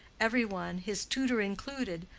every one, his tutor included,